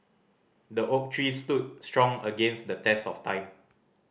the oak tree stood strong against the test of time